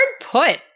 put